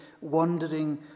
wandering